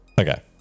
Okay